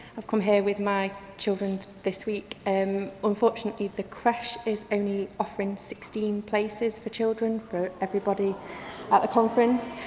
i've come here with my children this week. and unfortunately the creche is only offering sixteen places for children for everybody at the conference.